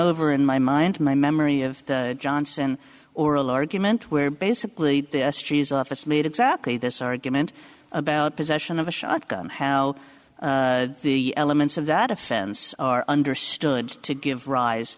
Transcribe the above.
over in my mind my memory of the johnson oral argument where basically this cheese office made exactly this argument about possession of a shotgun how the elements of that offense are understood to give rise